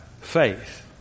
faith